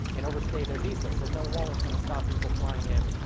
and overstay their visas. and no wall is going to stop people flying in,